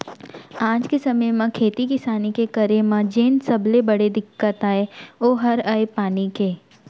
आज के समे म खेती किसानी के करे म जेन सबले बड़े दिक्कत अय ओ हर अय पानी के